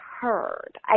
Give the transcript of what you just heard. heard